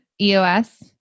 EOS